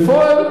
בפועל,